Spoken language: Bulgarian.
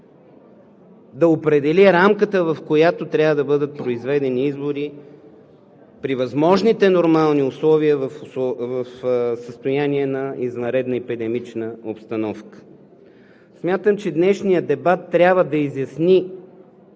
да определи рамката, в която трябва да бъдат произведени избори при възможните нормални условия в състояние на извънредна епидемична обстановка. Смятам, че днешният дебат трябва да изясни